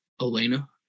Elena